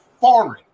foreign